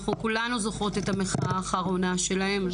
אנחנו כולנו זוכרות את המחאה האחרונה שלהם.